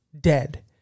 Dead